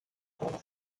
half